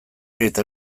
eta